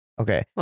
okay